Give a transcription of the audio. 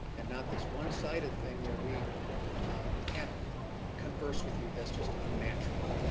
and not this one-sided thing where we can't converse with you. that's just unnatural.